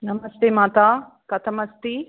नमस्ते मातः कथम् अस्ति